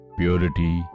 purity